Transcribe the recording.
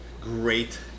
Great